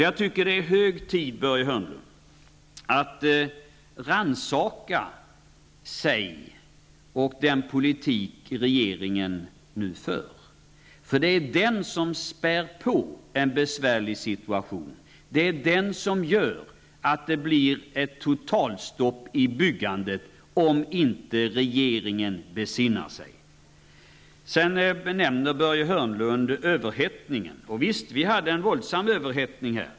Jag tycker att det är hög tid för Börje Hörnlund att rannsaka sig och den politik regeringen nu för. Det är den som spär på en besvärlig situation. Det är den som gör att det blir ett totalstopp i byggandet, om nu inte regeringen besinnar sig. Börje Hörnlund nämner överhettningen. Visst, det har varit en våldsam överhettning.